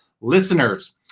listeners